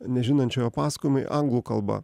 nežinančiojo pasakojimai anglų kalba